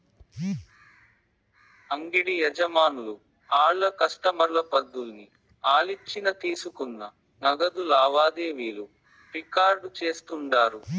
అంగిడి యజమానులు ఆళ్ల కస్టమర్ల పద్దుల్ని ఆలిచ్చిన తీసుకున్న నగదు లావాదేవీలు రికార్డు చేస్తుండారు